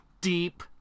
deep